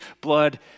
blood